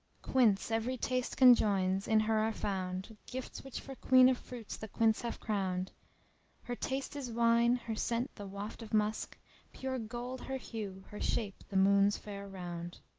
quince every taste conjoins in her are found gifts which for queen of fruits the quince have crowned her taste is wine, her scent the waft of musk pure gold her hue, her shape the moon's fair round.